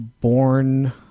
Born